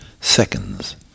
seconds